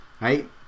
right